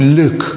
look